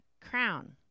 Crown